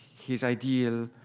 his ideal,